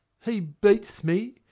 he beats me,